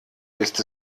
ist